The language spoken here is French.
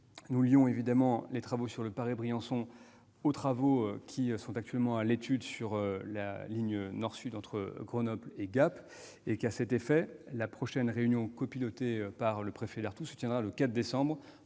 nous lions évidemment les travaux sur le Paris-Briançon à ceux qui sont actuellement à l'étude sur la ligne Nord-Sud entre Grenoble et Gap. À cet effet, la prochaine réunion copilotée par le préfet Dartout se tiendra le 4 décembre,